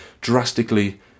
drastically